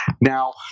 Now